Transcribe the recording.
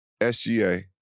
SGA